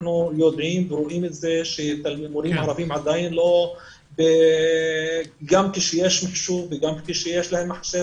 אנחנו יודעים ורואים שמורים ערבים גם כשיש להם מחשב,